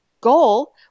goal